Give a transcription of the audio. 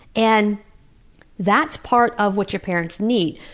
and that's part of what your parents need.